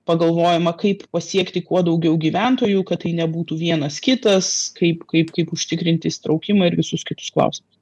pagalvojama kaip pasiekti kuo daugiau gyventojų kad tai nebūtų vienas kitas kaip kaip kaip užtikrinti įsitraukimą ir visus kitus klausimus